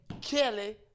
Kelly